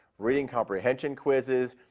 reading comprehension quizzes,